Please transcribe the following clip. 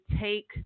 take